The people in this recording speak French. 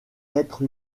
être